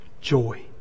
joy